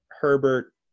Herbert